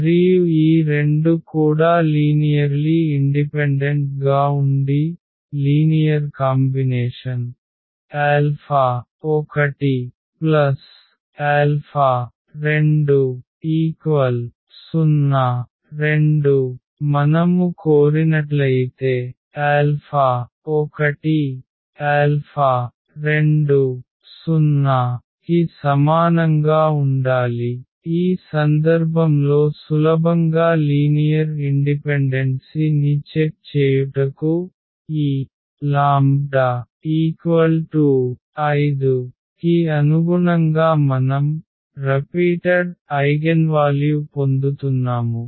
మరియు ఈ రెండు కూడా లీనియర్లీ ఇండిపెండెంట్ గా ఉండి రేఖీయ కలయిక 12 0 2 మనము కోరినట్లయితే 1 2 0 కి సమానంగా ఉండాలి ఈ సందర్భంలో సులభంగా లీనియర్ ఇండిపెండెంట్సి ని చెక్ చేయుటకు ఈ λ 5 కి అనుగుణంగా మనం పునరావృతమయ్యేవపొందుతున్నా ఐగెన్వాల్యూ పొందుతున్నాము